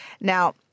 Now